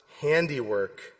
handiwork